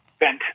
bent